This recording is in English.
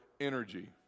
energy